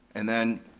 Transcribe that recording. and then,